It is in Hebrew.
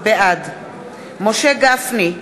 בעד משה גפני,